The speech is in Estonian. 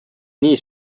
nii